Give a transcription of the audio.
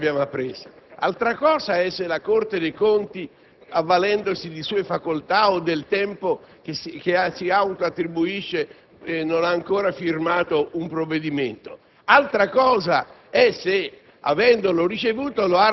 la situazione giuridica è molto diversa da quella che abbiamo appreso: altra cosa è se la Corte dei conti, avvalendosi di proprie facoltà o del tempo che si autoattribuisce, non ha ancora firmato un provvedimento,